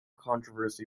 controversy